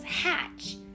hatch